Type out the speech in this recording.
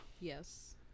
Yes